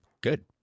Good